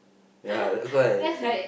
ya that's why